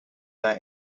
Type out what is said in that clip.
there